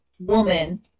woman